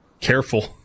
Careful